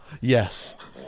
Yes